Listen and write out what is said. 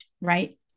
right